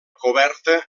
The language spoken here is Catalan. coberta